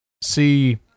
see